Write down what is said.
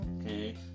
okay